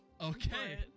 Okay